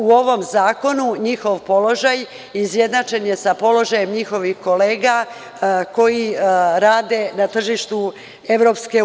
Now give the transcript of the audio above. U ovom zakonu, njihov položaj izjednačen je sa položajem njihovih kolega koji rade na tržištu EU.